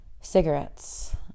cigarettes